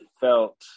felt